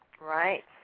Right